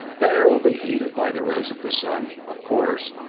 the air will be heated by the rays of the sun, of course,